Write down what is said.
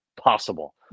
possible